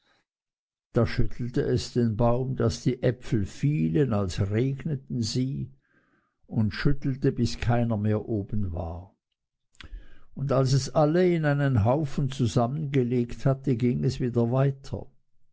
da schüttelte es den baum daß die äpfel fielen als regneten sie und schüttelte bis keiner mehr oben war und als es alle in einen haufen zusammengelegt hatte ging es wieder weiter